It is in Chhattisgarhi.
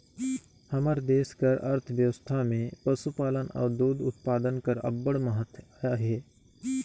हमर देस कर अर्थबेवस्था में पसुपालन अउ दूद उत्पादन कर अब्बड़ महत अहे